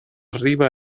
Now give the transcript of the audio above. riba